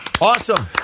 Awesome